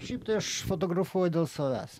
šiaip tai aš fotografuoju dėl savęs